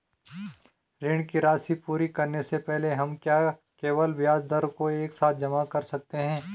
ऋण की राशि पूरी करने से पहले हम क्या केवल ब्याज दर को एक साथ जमा कर सकते हैं?